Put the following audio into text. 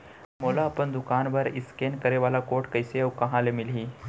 मोला अपन दुकान बर इसकेन करे वाले कोड कइसे अऊ कहाँ ले मिलही?